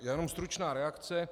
Já jenom stručná reakce.